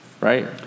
right